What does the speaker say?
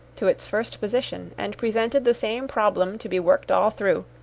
to its first position, and presented the same problem to be worked all through,